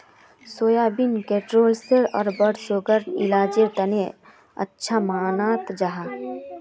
soybean cholesterol आर blood सुगरर इलाजेर तने अच्छा मानाल जाहा